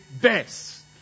best